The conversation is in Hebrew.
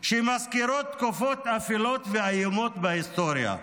שמזכירות תקופות אפלות ואיומות בהיסטוריה.